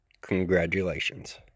congratulations